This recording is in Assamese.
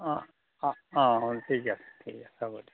অঁ অঁ অঁ হ'ব ঠিক আছে ঠিক আছে হ'ব দিয়ক